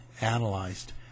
analyzed